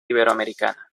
iberoamericana